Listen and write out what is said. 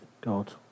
God